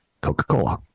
Coca-Cola